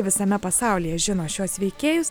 visame pasaulyje žino šiuos veikėjus